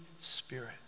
Spirit